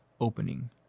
opening